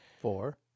four